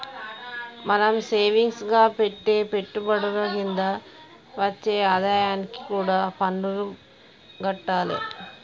మనం సేవింగ్స్ గా పెట్టే పెట్టుబడుల కింద వచ్చే ఆదాయానికి కూడా పన్నులు గట్టాలే